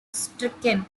stricken